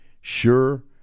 sure